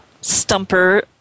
stumper